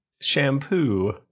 Shampoo